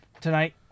tonight